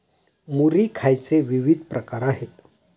मुरी खायचे विविध प्रकार आहेत